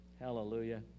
Hallelujah